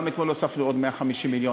גם אתמול הוספנו עוד 150 מיליון.